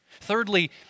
Thirdly